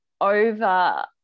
over